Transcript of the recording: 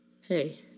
hey